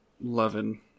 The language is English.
loving